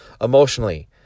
emotionally